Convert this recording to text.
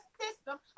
system